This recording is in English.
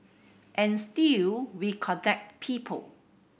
and still we connect people